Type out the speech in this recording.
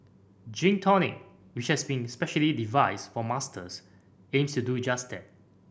Gym Tonic which has been specially devised for Masters aims to do just that